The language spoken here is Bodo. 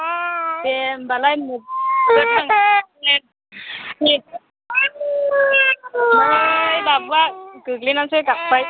दे होबालाय नै बाबुआ गोग्लैलांसै गाब्बाय